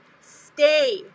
stay